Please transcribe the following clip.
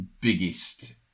biggest